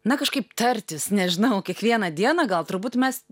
na kažkaip tartis nežinau kiekvieną dieną gal turbūt mes